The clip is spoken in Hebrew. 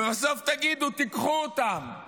ובסוף תגידו: תיקחו אותם.